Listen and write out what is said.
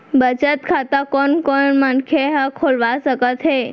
बचत खाता कोन कोन मनखे ह खोलवा सकत हवे?